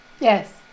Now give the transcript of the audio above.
yes